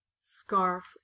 scarf